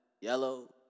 yellow